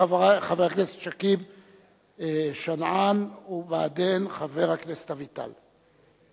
חבר הכנסת שכיב שנאן, ו"בעדין" חבר הכנסת אביטל.